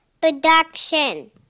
production